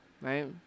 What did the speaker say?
right